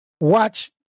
watch